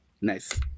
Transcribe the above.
Nice